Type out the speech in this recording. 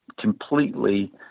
completely